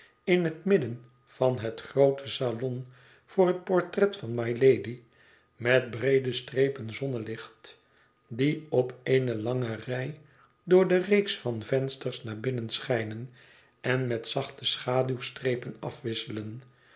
in het midden van het groote salon voor het portret van mylady met breede strepen zonnelicht die op eene lange rij door de reeks van vensters naar binnen schijnen en met zachte schaduwstrepen afwisselen